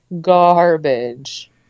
garbage